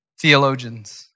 theologians